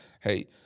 Hey